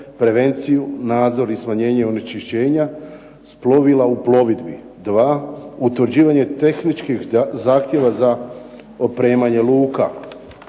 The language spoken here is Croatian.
prevenciju, nadzor i smanjenje onečišćenja s plovila u plovidbi, 2) utvrđivanje tehničkih zahtjeva za opremanje luka,